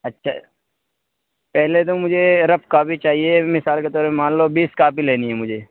اچھا پہلے تو مجھے رف کاپی چاہیے مثال کے طور پہ مان لو بیس کاپی لینی ہے مجھے